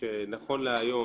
שנכון להיום